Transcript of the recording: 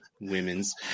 Women's